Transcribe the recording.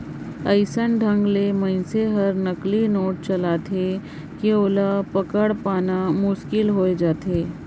अइसन ढंग ले मइनसे हर नकली नोट चलाथे कि ओला पकेड़ पाना मुसकिल होए जाथे